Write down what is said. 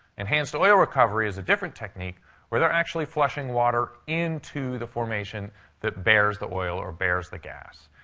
enhanced oil recovery is a different technique where they're actually flushing water into the formation that bears the oil or bears the gas.